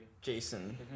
Jason